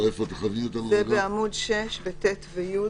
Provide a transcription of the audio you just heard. בעמ' 6 ב-(ט) ו-(י)